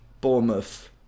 Bournemouth